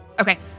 Okay